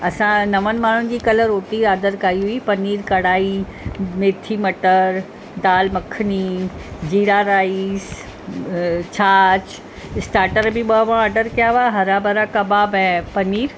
असां नवनि माण्हुनि जी कल्ह रोटी ऑडर कई हुई पनीर कढ़ाई मैथी मटर दाल मखनी जीरा राइस छाछ स्टार्टर बि ॿ हुअं ऑडर कया हुआ हरा भरा कबाब ऐं पनीर